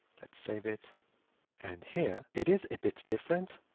let's save it and here it is a bit different.